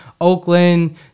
Oakland